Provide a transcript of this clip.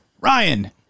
Ryan